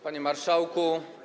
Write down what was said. Panie Marszałku!